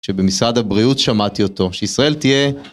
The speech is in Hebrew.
כשבמשרד הבריאות שמעתי אותו, שישראל תהיה...